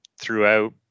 throughout